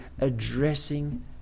addressing